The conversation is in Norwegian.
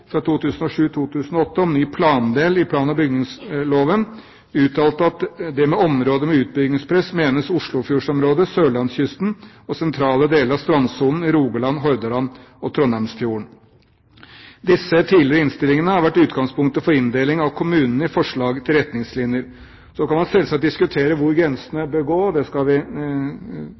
om ny plandel i plan- og bygningsloven, uttalt at det med områder med utbyggingspress menes Oslofjordområdet og Sørlandskysten og sentrale deler av strandsonen i Rogaland, Hordaland og Trondheimsfjorden. Disse tidligere innstillingene har vært utgangspunktet for inndelingen av kommuner i forslaget til retningslinjer. Så kan man selvsagt diskutere hvor grensene bør gå. Det skal vi